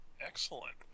Excellent